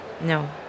No